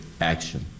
action